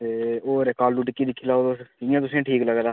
ते होर इक आलू टिक्की दिक्खी लैओ तुस जि'यां तुसें ई ठीक लगदा